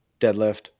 deadlift